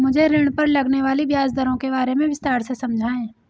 मुझे ऋण पर लगने वाली ब्याज दरों के बारे में विस्तार से समझाएं